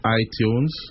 iTunes